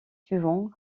suivants